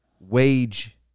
wage